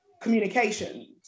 communication